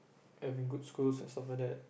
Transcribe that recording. having good schools and stuff like that